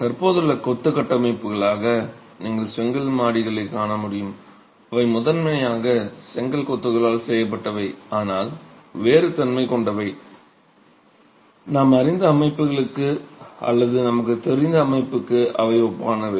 தற்போதுள்ள கொத்து கட்டமைப்புகளாக நீங்கள் செங்கல் மாடிகளைக் காண முடியும் அவை முதன்மையாக செங்கல் கொத்துகளால் செய்யப்பட்டவை ஆனால் வேறு தன்மை கொண்டவை நாம் அறிந்த அமைப்புகளுக்கு அல்லது நமக்குத் தெரிந்த அமைப்புக்கு அவை ஒப்பானவை